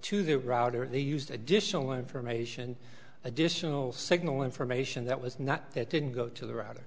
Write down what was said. to the router and they used additional information additional signal information that was not that didn't go to the router